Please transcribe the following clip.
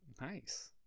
Nice